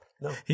No